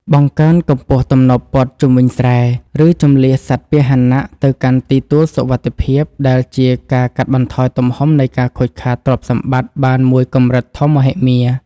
បង្កើនកម្ពស់ទំនប់ព័ទ្ធជុំវិញស្រែ ឬជម្លៀសសត្វពាហនៈទៅកាន់ទីទួលសុវត្ថិភាព ដែលជាការកាត់បន្ថយទំហំនៃការខូចខាតទ្រព្យសម្បត្តិបានមួយកម្រិតធំមហិមា។